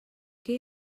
què